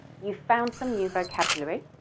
you've found some new vocabulary,